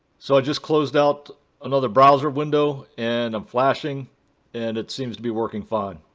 sso i just closed out another browser window and i'm flashing and it seems to be working fine.